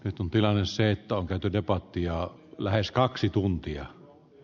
nyt on tilanne se että on käyty debattia on lähes arvoisa puhemies